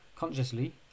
Consciously